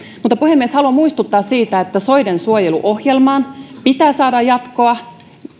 puhemies haluan muistuttaa siitä että soidensuojeluohjelmaan pitää saada jatkoa